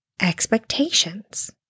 expectations